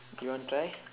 you want try